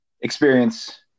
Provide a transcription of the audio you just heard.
experience